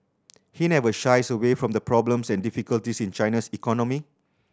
he never shies away from the problems and difficulties in China's economy